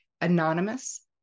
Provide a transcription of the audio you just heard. anonymous